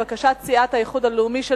חברי חברי הכנסת: בקשת ועדת הכלכלה להחיל